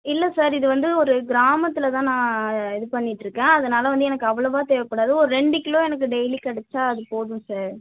இல்லை சார் இது வந்து ஒரு கிராமத்தில் தான் நான் இது பண்ணிட்டுருக்கேன் அதனால் வந்து இங்கே அவ்வளோவா தேவைப்படாது ஒரு ரெண்டு கிலோ எனக்கு டெய்லி கிடச்சா அது போதும் சார்